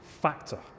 factor